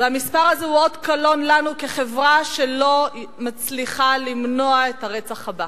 והוא אות קלון לנו כחברה שלא מצליחה למנוע את הרצח הבא.